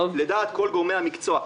לדעת כל גורמי המקצוע,